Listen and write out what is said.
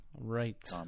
Right